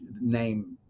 name